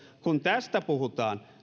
kun tästä puhutaan